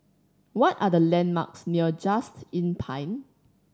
what are the landmarks near Just Inn Pine